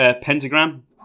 Pentagram